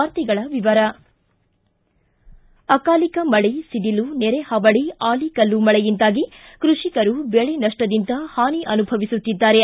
ವಾರ್ತೆಗಳ ವಿವರ ಅಕಾಲಿಕ ಮಳೆ ಸಿಡಿಲು ನೆರೆಹಾವಳಿ ಆಲಿಕಲ್ಲು ಮಳೆಯಿಂದಾಗಿ ಕೃಷಿಕರು ಬೆಳೆ ನಷ್ಷದಿಂದ ಹಾನಿ ಅನುಭವಿಸುತ್ತಿದ್ದಾರೆ